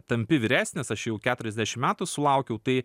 tampi vyresnis aš jau keturiasdešim metų sulaukiau tai